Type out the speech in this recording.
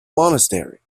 monastery